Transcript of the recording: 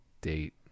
date